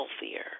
healthier